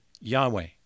Yahweh